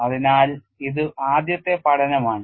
അതിനാൽ ഇത് ആദ്യത്തെ പഠനം ആണ്